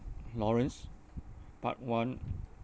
lawrence part one